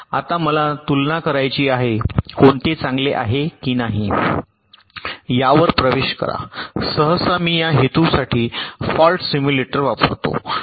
आता मला तुलना करायची आहे कोणते चांगले आहे की नाही यावर प्रवेश करा सहसा मी या हेतूंसाठी फॉल्ट सिम्युलेटर वापरतो